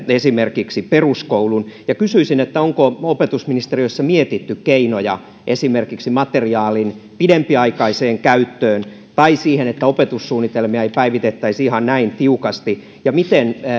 esimerkiksi peruskouluun kysyisin onko opetusministeriössä mietitty keinoja esimerkiksi materiaalin pidempiaikaiseen käyttöön tai siihen että opetussuunnitelmia ei päivitettäisi ihan näin tiukasti ja miten